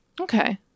Okay